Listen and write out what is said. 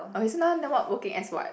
okay so now then what working as what